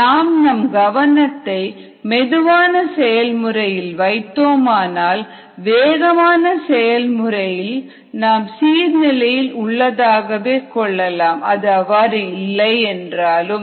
நாம் நம் கவனத்தை மெதுவான செயல்முறையில் வைத்தோமானால் வேகமான செயல் முறையை நாம் சீர் நிலையில் உள்ளதாகவே கொள்ளலாம் அது அவ்வாறு இல்லை என்றாலும்